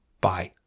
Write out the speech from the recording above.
Bye